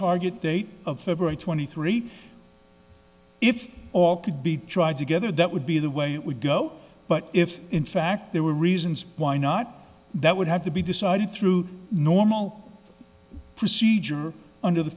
target date of february twenty three if all could be tried together that would be the way it would go but if in fact there were reasons why not that would have to be decided through normal procedure under the